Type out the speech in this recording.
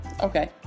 Okay